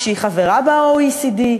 שהיא חברה ב-OECD,